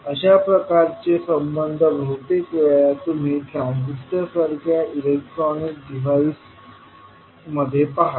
या प्रकारचे संबंध बहुतेक वेळा तुम्ही ट्रांजिस्टर सारख्या इलेक्ट्रॉनिक डिव्हाइस मध्ये पहाल